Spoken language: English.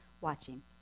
watching